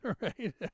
right